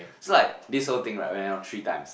so like this whole thing like went like three times